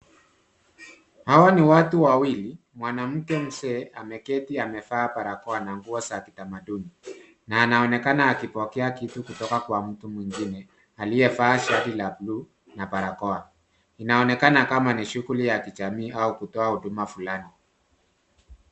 Hawa ni watu wawili. Mwanamke mzee ameketi amevaa barakoa na nguo za kitamaduni, na anaonekana akipotea kitu kutoka kwa mtu mwingine, aliyevaa shati la blue na barakoa. Inaonekana ni shughuli ya jamii au kutoa huduma fulani.